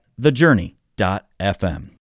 thejourney.fm